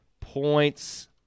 Points